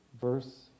verse